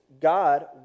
God